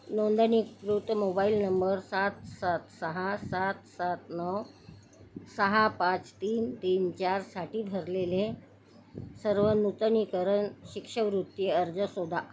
नोंदणीकृत mobile number सात सात सहा सात सात नऊ सहा पाच तीन तीन चारसाठी भरलेले सर्व नूतनीकरण शिष्यवृत्ती अर्ज शोधा